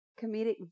comedic